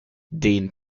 den